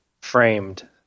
Framed